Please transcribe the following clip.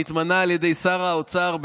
היא מתמנה על ידי שר האוצר,